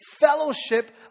fellowship